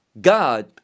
god